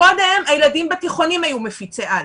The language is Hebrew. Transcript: קודם, הילדים בתיכונים היו מפיצי-על,